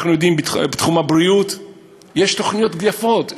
אנחנו יודעים שבתחום הבריאות יש תוכניות יפות,